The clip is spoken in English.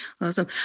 Awesome